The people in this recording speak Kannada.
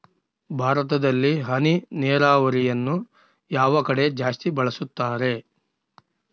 ಭಾರತದಲ್ಲಿ ಹನಿ ನೇರಾವರಿಯನ್ನು ಯಾವ ಕಡೆ ಜಾಸ್ತಿ ಬಳಸುತ್ತಾರೆ?